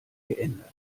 geändert